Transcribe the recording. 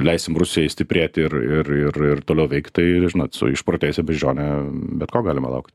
leisim rusijai stiprėti ir ir ir ir toliau veikt tai žinot su išprotėjusia beždžione bet ko galima laukt